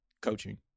coaching